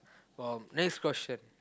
uh next question